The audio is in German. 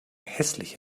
hässliche